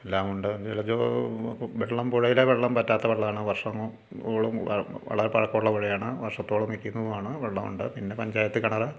എല്ലാമുണ്ട് ജലജ വെള്ളം പുഴയുടെ വെള്ളം വറ്റാത്ത വെള്ളമാണ് വർഷങ്ങളോളം വളരെ പഴക്കമുള്ള പുഴയാണ് വർഷത്തോളം നിൽക്കുന്നതാണ് വെള്ളമുണ്ട് പിന്നെ പഞ്ചായത്ത് കിണർ